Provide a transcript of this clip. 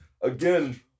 Again